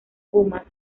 pumas